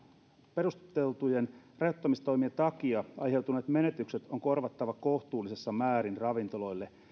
perusteltujen rajoittamistoimien takia aiheutuneet menetykset on korvattava kohtuullisessa määrin ravintoloille kyse